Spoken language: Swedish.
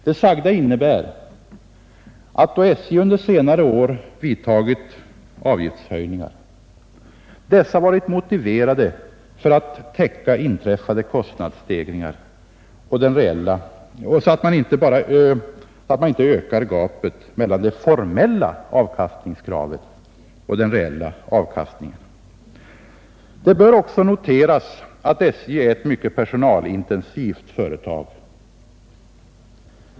Det sagda innebär att då SJ under senare år vidtagit avgiftshöjningar har dessa varit motiverade för att täcka inträffade kostnadsstegringar, så att man inte ökar gapet mellan det formella avkastningskravet och den reella avkastningen. Det bör också noteras att SJ är ett mycket personalintensivt företag.